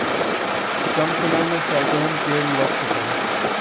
कम समय मे सैकड़न पेड़ लग सकेला